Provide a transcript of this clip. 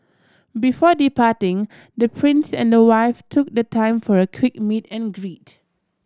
before departing the Prince and her wife took the time for a quick meet and greet